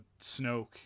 Snoke